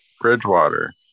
Bridgewater